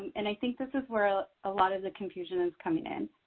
and i think this is where ah a lot of the confusion is coming in.